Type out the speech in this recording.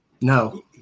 No